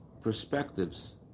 perspectives